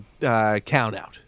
countout